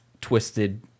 twisted